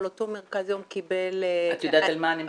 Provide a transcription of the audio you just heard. אבל אותו מרכז יום קיבל --- את יודעת על מה אני מדברת?